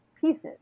pieces